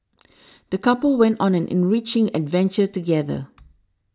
the couple went on an enriching adventure together